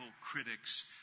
critics